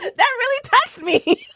that really touched me